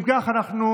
אם כך, אנחנו